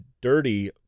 dirty